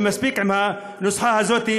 ומספיק עם הנוסחה הזאת,